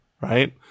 right